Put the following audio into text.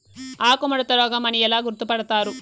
ఆకుముడత రోగం అని ఎలా గుర్తుపడతారు?